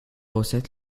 recettes